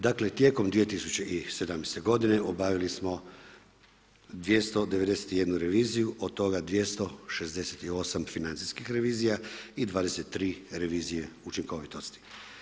Dakle, tijekom 2017. godine obavili smo 291 reviziju, od toga 268 financijskih revizija i 23 revizije učinkovitosti.